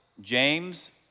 James